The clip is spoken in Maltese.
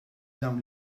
dawn